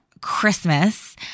Christmas